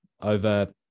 over